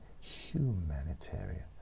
Humanitarian